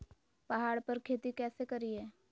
पहाड़ पर खेती कैसे करीये?